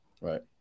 Right